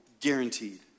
guaranteed